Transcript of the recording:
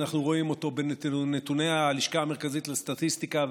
אנחנו רואים אותו בנתוני הלשכה המרכזית לסטטיסטיקה,